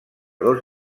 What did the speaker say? dos